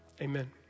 amen